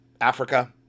Africa